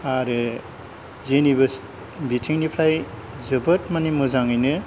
आरो जेनिबो बिथिंनिफ्राय जोबोद माने मोजाङैनो